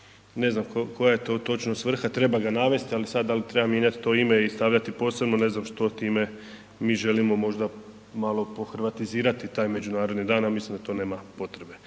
ne znam koja je to točno svrha, treba ga navesti ali sad dal treba mijenjat to ime i stavljati posebno ne znam što time mi želimo možda malo pohrvatizirati taj međunarodni dan, a mislim da to nema potrebe